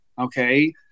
Okay